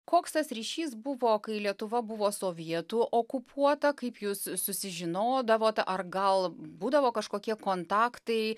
koks tas ryšys buvo kai lietuva buvo sovietų okupuota kaip jūs susižinodavot ar gal būdavo kažkokie kontaktai